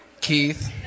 Keith